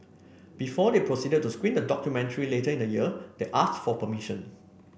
before they proceeded to screen the documentary later in the year they asked for permission